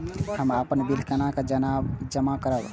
हम अपन बिल केना जमा करब?